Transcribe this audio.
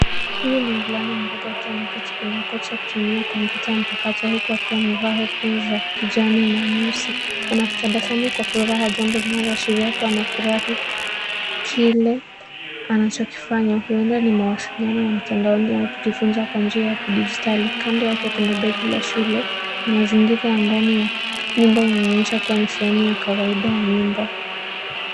Huyu ni mvulana mdogo akiwa ameketi kwenye kochi akitumia kompyuta mpakato huku akiwa amevaa headphones za kijani na nyeusi. Anatabasamu kwa furaha, jambo linaloashiria kuwa anafurahi kile anachokifanya huenda ni mawasiliano ya mtandaoni au kujifunza kwa njia ya kidijitali. Kando yake kuna begi la shule na mazingira ya ndani ya nyumba inaonyesha kuwa ni sehemu ya kawaida ya nyumba.